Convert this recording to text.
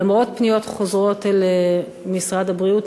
למרות פניות חוזרות אל משרד הבריאות,